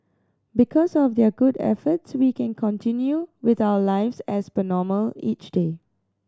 because of their good efforts we can continue with our lives as per normal each day